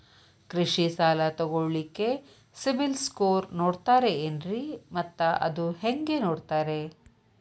ಕೃಷಿ ಸಾಲ ತಗೋಳಿಕ್ಕೆ ಸಿಬಿಲ್ ಸ್ಕೋರ್ ನೋಡ್ತಾರೆ ಏನ್ರಿ ಮತ್ತ ಅದು ಹೆಂಗೆ ನೋಡ್ತಾರೇ?